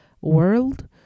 world